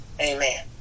Amen